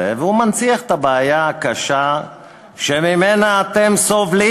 ומנציח את הבעיה הקשה שממנה אתם סובלים,